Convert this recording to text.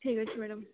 ଠିକ୍ ଅଛି ମ୍ୟାଡ଼ମ୍